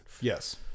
Yes